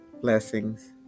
blessings